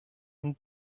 und